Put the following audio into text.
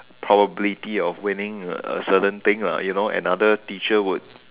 probability of winning a a certain thing lah you know another teacher would